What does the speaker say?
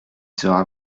sera